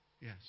yes